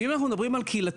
ואם אנחנו מדברים על קהילתיות,